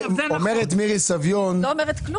אומרת מירי סביון --- אני עוד לא אומרת כלום.